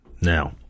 Now